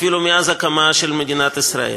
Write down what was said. אפילו מאז ההקמה של מדינת ישראל.